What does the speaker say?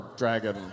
dragon